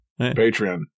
Patreon